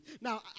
Now